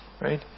right